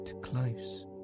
close